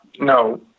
No